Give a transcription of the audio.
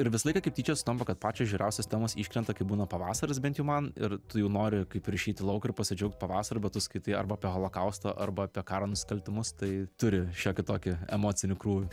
ir visą laiką kaip tyčia sutampa kad pačios žiauriausios temos iškrenta kai būna pavasaris bent jau man ir tu jau nori kaip ir išeit į lauką ir pasidžiaugt pavasariu bet tu skaitai arba apie holokaustą arba apie karo nusikaltimus tai turi šiokį tokį emocinį krūvį